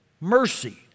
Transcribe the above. mercy